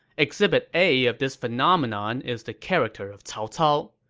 exhibit a of this phenomenon is the character of cao cao.